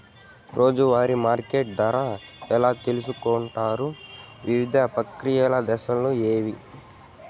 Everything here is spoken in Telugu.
రోజూ వారి మార్కెట్ ధర ఎలా తెలుసుకొంటారు వివిధ ప్రక్రియలు దశలు ఏవి?